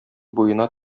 буена